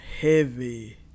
heavy